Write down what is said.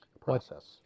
process